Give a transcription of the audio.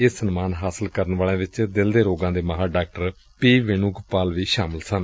ਇਹ ਸਨਮਾਨ ਹਾਸਲ ਕਰਨ ਵਾਲਿਆਂ ਵਿਚ ਦਿਲ ਦੇ ਰੋਗਾਂ ਦੇ ਮਾਹਿਰ ਡਾ ਪੀ ਵੇਣੂਗੋਪਾਲ ਵੀ ਸ਼ਾਮਲ ਸਨ